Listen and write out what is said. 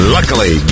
Luckily